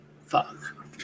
Fuck